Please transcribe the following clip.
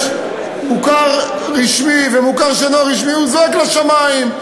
מוכר רשמי ומוכר שאינו רשמי זועק לשמים,